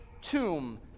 tomb